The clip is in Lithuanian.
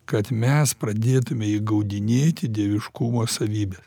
kad mes pradėtume įgaudinėti dieviškumo savybes